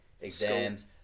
exams